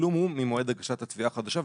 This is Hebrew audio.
התשלום הוא ממועד הגשת התביעה החדשה,